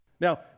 Now